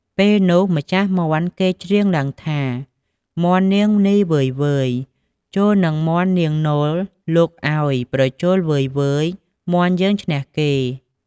ពេលនោះ ម្ចាស់មាន់គេច្រៀងឡើងថា មាន់នាងនីវ៉ឺយៗ ជល់នឹងមាន់នាងនល់ លោកឲ្យ ប្រជល់ វ៉ឺយៗ មាន់យើងឈ្នះគេ ។